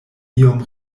iom